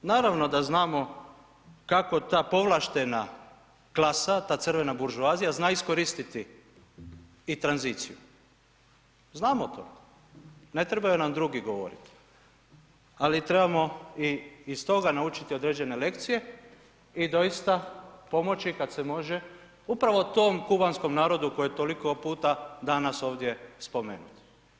Naravno da znamo kako ta povlaštena klasa, ta crvena buržoazija zna iskoristiti i tranziciju, znamo to, ne trebaju nam drugi govoriti, ali trebamo i iz toga naučiti određene lekcije i doista pomoći kad se može upravo tom kubanskom narodu koji je toliko puta danas ovdje spomenut.